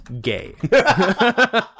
gay